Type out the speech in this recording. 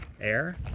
air